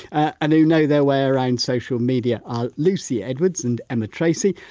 and who know their way around social media, are lucy edwards and emma tracey.